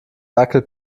dackel